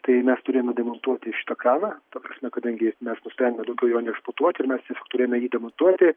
tai mes turėjome demontuoti šitą kraną ta prasme kadangi mes nusprendėme daugiau jo neeksploatuoti ir mes tiesiog turėjome jį demontuoti